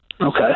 Okay